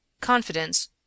confidence